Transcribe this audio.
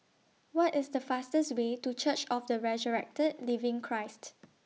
What IS The fastest Way to Church of The Resurrected Living Christ